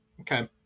Okay